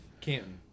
Canton